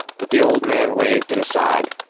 but the old man waved it aside.